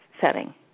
setting